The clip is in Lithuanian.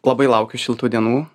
labai laukiu šiltų dienų